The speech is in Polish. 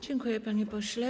Dziękuję, panie pośle.